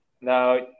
now